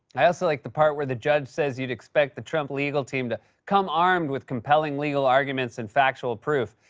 i also like the part where the judge says you'd expect the trump legal team to come armed with compelling legal arguments and factual proof.